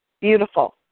Beautiful